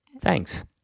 Thanks